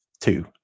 two